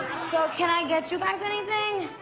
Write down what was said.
so, can i get you guys anything?